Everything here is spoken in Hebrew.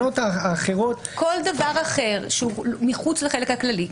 כל דבר אחר שהוא מחוץ לחלק הכללי,